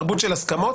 תרבות של הסכמות,